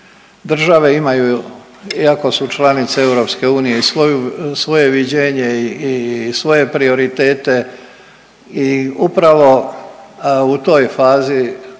države imaju iako su članice EU i svoje viđenje i svoje prioritete. I u opravo u toj fazi